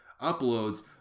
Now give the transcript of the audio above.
uploads